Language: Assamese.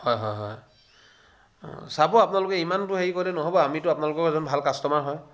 হয় হয় হয় হয় চাব আপোনলোকে ইমানতো হেৰি কৰিলে নহ'ব আমিতো আপোনলোকৰ এজন ভাল কাষ্টমাৰ হয়